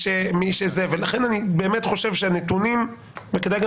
לכן אני באמת חושב שהנתונים - וכדאי גם